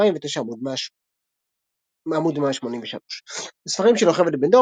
2009. עמ' 183. הספרים של יוכבד בן-דור,